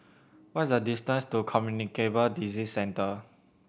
what is the distance to Communicable Disease Centre